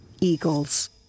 eagles